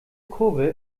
kurve